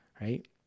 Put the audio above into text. right